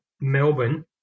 Melbourne